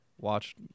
watch